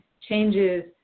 changes